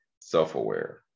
self-aware